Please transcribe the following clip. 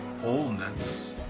wholeness